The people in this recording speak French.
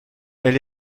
elle